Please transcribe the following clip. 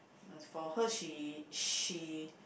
as for her she she